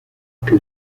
que